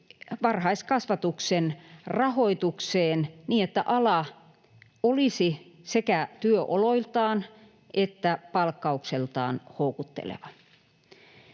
varhaiskasvatuksen rahoitukseen niin, että ala olisi sekä työoloiltaan että palkkaukseltaan houkutteleva.